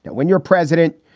and when you're president,